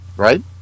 Right